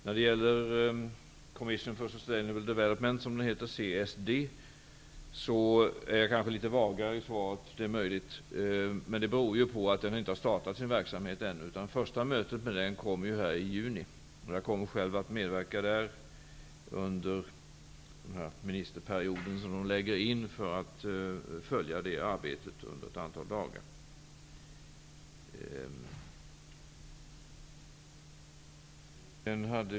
När det gäller Commission for Sustainable Development, som den heter, CSD, är jag kanske litet vagare i svaret. Det är möjligt. Men det beror på att den inte har startat sin verksamhet ännu. Första mötet kommer i juni. Jag kommer själv att medverka där, under den ministerperiod som man lägger in, för att följa det arbetet under ett antal dagar.